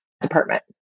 department